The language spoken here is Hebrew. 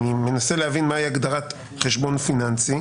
אני מנסה להבין מה היא הגדרת חשבון פיננסי,